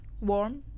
warm